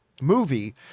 movie